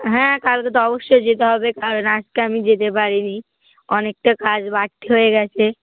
হ্যাঁ কালকে তো অবশ্যই যেতে হবে কারণ আজকে আমি যেতে পারিনি অনেকটা কাজ বাড়তি হয়ে গেছে